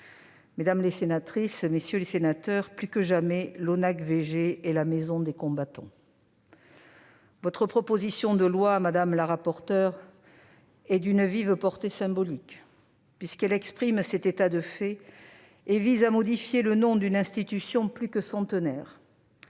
Mesdames les sénatrices, messieurs les sénateurs, plus que jamais, l'ONACVG est la « maison des combattants ». Votre proposition de loi, madame la rapporteure, est d'une vive portée symbolique, puisqu'elle exprime cet état de fait et vise à modifier le nom d'une institution plus que centenaire.